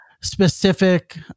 specific